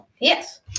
Yes